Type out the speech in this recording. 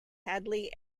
hadley